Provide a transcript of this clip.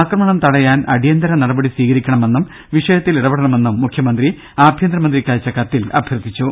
അക്രമണം തടയാൻ അടിയന്തര നടപടി സ്വീകരിക്കണമെന്നും വിഷയത്തിൽ ഇടപെടണമെന്നും മുഖ്യമന്ത്രി ആഭ്യന്തര മന്ത്രിക്കയച്ച കത്തിൽ അഭ്യർത്ഥി ച്ചു